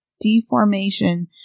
deformation